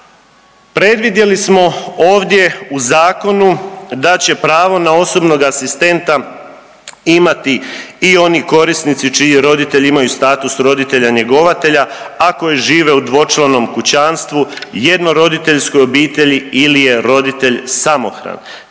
Predvidjeli smo ovdje u zakonu da će pravo na osobnog asistenta imati i oni korisnici čiji roditelji imaju status roditelja njegovatelja, a koji žive u dvočlanom kućanstvu, jedno roditeljskoj obitelji ili je roditelj samohran